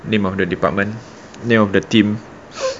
name of the department name of the team